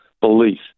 belief